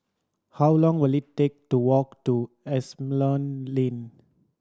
how long will it take to walk to Asimont Lane